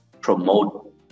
promote